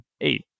eight